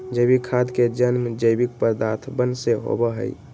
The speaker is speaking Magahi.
जैविक खाद के जन्म जैविक पदार्थवन से होबा हई